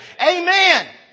Amen